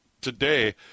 today